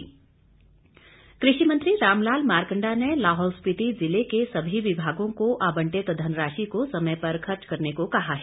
मारकंडा कृषि मंत्री रामलाल मारकंडा ने लाहौल स्पीति जिले के सभी विभागों को आबंटित धनराशि को समय पर खर्च करने को कहा है